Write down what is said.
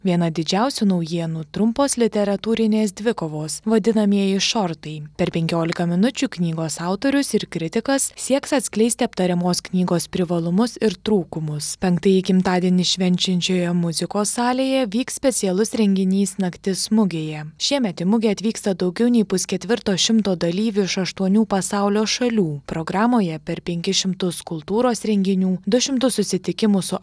viena didžiausių naujienų trumpos literatūrinės dvikovos vadinamieji šortai per penkiolika minučių knygos autorius ir kritikas sieks atskleisti aptariamos knygos privalumus ir trūkumus penktąjį gimtadienį švenčiančioje muzikos salėje vyks specialus renginys naktis mugėje šiemet į mugę atvyksta daugiau nei pusketvirto šimto dalyvių iš aštuonių pasaulio šalių programoje per penkis šimtus kultūros renginių du šimtus susitikimų su